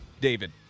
David